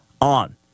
on